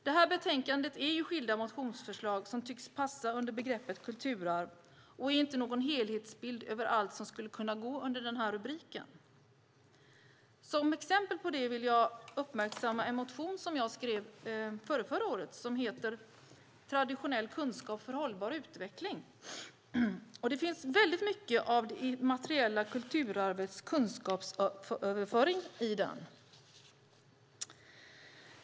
Det här betänkandet innehåller skilda motionsförslag som tycks passa under begreppet kulturarv och ger inte någon helhetsbild av allt som skulle kunna gå under den här rubriken. Som exempel på det vill jag uppmärksamma en motion som jag skrev förrförra året som heter Traditionell kunskap för en hållbar utveckling . Det finns väldigt mycket av det materiella kulturarvets kunskapsöverföring i den.